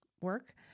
work